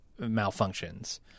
malfunctions